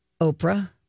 Oprah